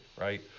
right